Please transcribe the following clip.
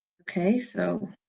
okay so.